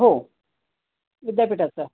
हो विद्यापीठाचं